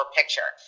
picture